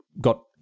got